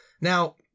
Now